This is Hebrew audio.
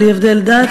בלי הבדל דת,